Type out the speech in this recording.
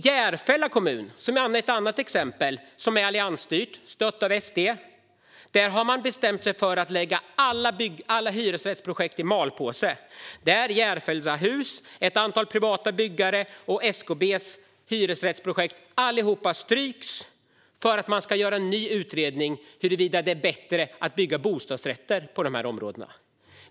Järfälla kommun, som är alliansstyrt med stöd av SD, är ett annat exempel. Där har man bestämt sig för att lägga alla hyresrättsprojekt i malpåse. Järfällahus, ett antal privata byggares och SKB:s hyresrättsprojekt stryks allihop. Man ska göra en ny utredning av om det är bättre att bygga bostadsrätter i de områdena.